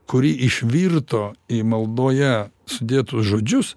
kuri išvirto į maldoje sudėtus žodžius